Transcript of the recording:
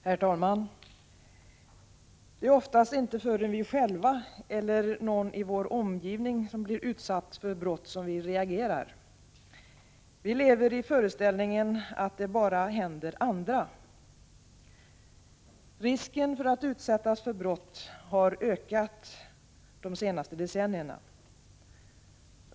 Herr talman! Det är oftast inte förrän vi själva eller någon i vår omgivning blir utsatt för brott som vi reagerar. Vi lever i föreställningen att det bara händer andra. Risken för att utsättas för brott har ökat de senaste decennierna.